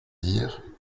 dire